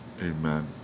Amen